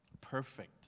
perfect